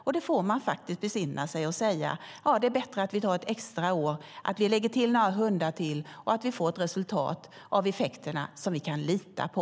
Då får man besinna sig och säga: Det är bättre att ta ett extra år och lägga till några hundar till så att vi får ett resultat när det gäller effekterna som vi kan lita på.